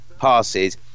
passes